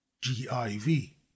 G-I-V